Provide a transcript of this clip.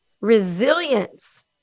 resilience